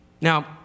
Now